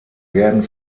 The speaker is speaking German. werden